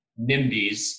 NIMBYs